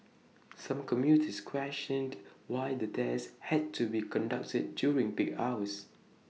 some commuters questioned why the tests had to be conducted during peak hours